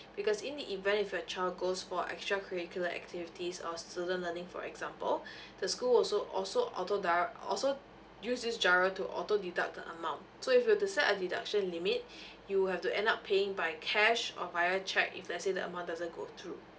because in the event if your child goes for extra curricular activities or student learning for example the school will so~ also auto direct also use this GIRO to auto deduct the amount so if you were to set a deduction limit you have to end up paying by cash or via cheque if let's say the amount doesn't go through